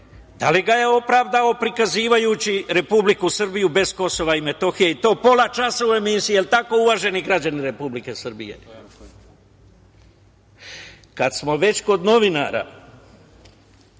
da li ga je opravdao prikazujući Republiku Srbiju bez Kosova i Metohije, i to pola časa u emisiji? Je li tako, uvaženi građani Republike Srbije? Kad smo već kod novinara